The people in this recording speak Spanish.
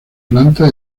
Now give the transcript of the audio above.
planta